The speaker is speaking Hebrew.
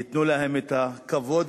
ייתנו להם את הכבוד,